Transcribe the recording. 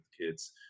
kids